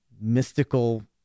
mystical